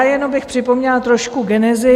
Jenom bych připomněla trošku genezi.